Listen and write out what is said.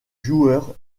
joueur